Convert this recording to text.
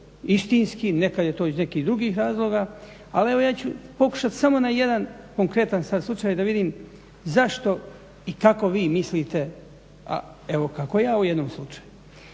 nekad je to iz nekih drugih razloga, ali evo ja ću pokušati samo na jedan konkretan sad slučaj da vidim zašto i kako vi mislite, a evo kako ja u jednom slučaju.